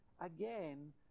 again